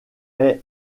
est